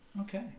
Okay